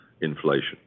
inflation